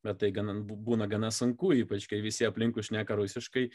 bet tai gana būna gana sunku ypač kai visi aplinkui šneka rusiškai